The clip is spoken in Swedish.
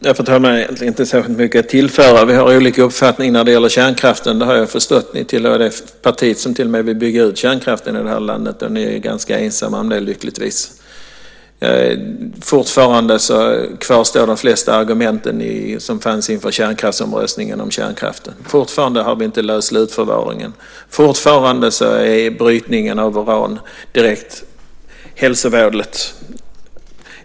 Fru talman! Jag har egentligen inte särskilt mycket att tillföra. Jag har förstått att vi har olika uppfattningar när det gäller kärnkraften. Folkpartiet är det parti som till och med vill bygga ut kärnkraften i det här landet. Ni är lyckligtvis ganska ensamma om det. Fortfarande kvarstår de flesta argumenten som fanns inför kärnkraftsomröstningen. Fortfarande har vi inte löst slutförvaringen. Fortfarande är brytningen av uran direkt hälsovådlig.